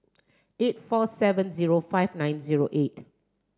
eight four seven zero five nine zero eight